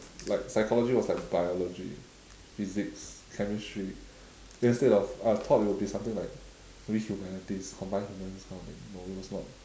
like psychology was like biology physics chemistry then instead of I thought it would be something like maybe humanities combined humanities kind of thing no it was not